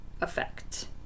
effect